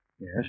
Yes